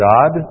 God